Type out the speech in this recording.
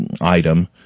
item